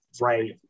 Right